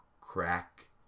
crack